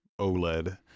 OLED